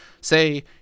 say